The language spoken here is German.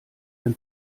ein